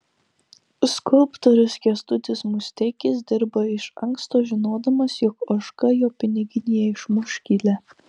skulptorius kęstutis musteikis dirba iš anksto žinodamas jog ožka jo piniginėje išmuš skylę